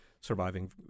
surviving